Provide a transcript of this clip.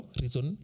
reason